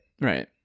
right